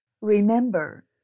Remember